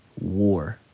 war